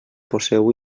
poseu